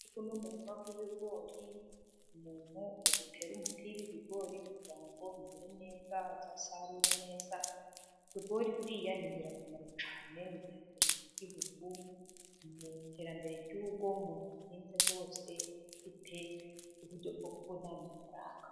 Uyu ni umurima w'ibigori umuntu ari gutera umuti w'ibigori kugira ngo bimere neza, azasarure neza . Ibigori buriya ni ingirakamaro cyane mu iterambere ry'igihugu, mu iterambere ry'urugo mu birenze rwose bifite uburyo bwo kubona amafaranga.